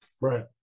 Right